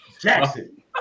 Jackson